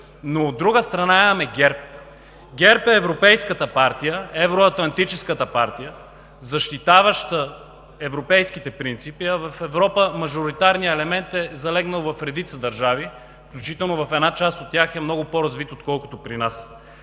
От друга страна имаме ГЕРБ. ГЕРБ е европейската партия, евроатлантическата партия, защитаваща европейските принципи, а в Европа мажоритарният елемент е залегнал в редица държави, включително в една част от тях е много по-развит, отколкото при нас.